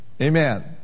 Amen